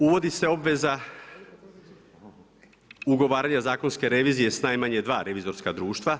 Uvodi se obveza ugovaranja zakonske revizije s najmanje dva revizorska društva.